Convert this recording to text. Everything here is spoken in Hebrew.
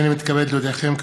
הנני מתכבד להודיעכם,